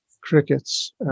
crickets